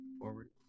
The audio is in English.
forward